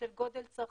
של גודל צרכנים,